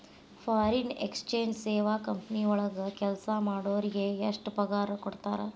Foreign exchange ಸೇವಾ company ವಳಗ್ ಕೆಲ್ಸಾ ಮಾಡೊರಿಗೆ ಎಷ್ಟ್ ಪಗಾರಾ ಕೊಡ್ತಾರ?